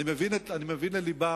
אני מבין ללבם,